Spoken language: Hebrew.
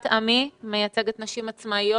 בת עמי דרור דהן, מייצגת נשים עצמאיות.